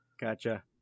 gotcha